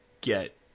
get